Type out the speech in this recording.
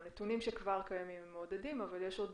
הנתונים שכבר קיימים מעודדים אבל יש עוד